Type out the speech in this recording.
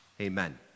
amen